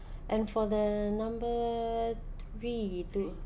and for the number three to